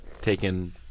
taken